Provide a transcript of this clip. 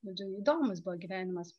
žodžiu įdomus buvo gyvenimas